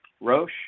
Roche